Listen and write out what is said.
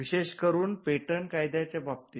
विशेष करून पेटंट कायद्याच्या बाबतीत